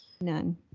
None